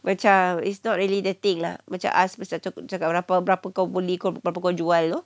macam it's not really the thing lah macam us cakap berapa kau beli berapa kau jual